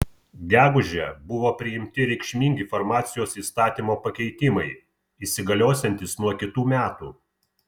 gegužę buvo priimti reikšmingi farmacijos įstatymo pakeitimai įsigaliosiantys nuo kitų metų